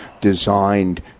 designed